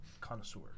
connoisseur